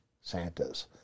Santas